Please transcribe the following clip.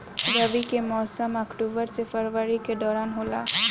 रबी के मौसम अक्टूबर से फरवरी के दौरान होला